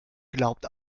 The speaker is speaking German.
glaubt